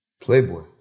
Playboy